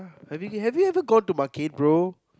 have you have you ever go to market bro